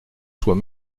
soit